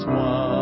one